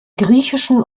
griechischen